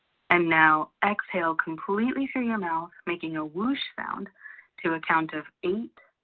and now exhale completely through your mouth making a whoosh sound to a count of eight,